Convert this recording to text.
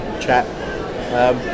chat